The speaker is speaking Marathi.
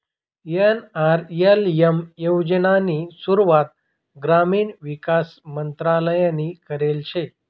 एन.आर.एल.एम योजनानी सुरुवात ग्रामीण विकास मंत्रालयनी करेल शे